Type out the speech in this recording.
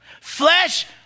Flesh